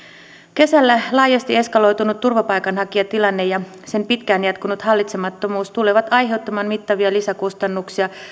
kesällä laajasti eskaloitunut turvapaikanhakijatilanne ja sen pitkään jatkunut hallitsemattomuus tulevat aiheuttamaan mittavia lisäkustannuksia